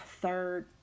third